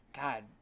God